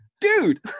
Dude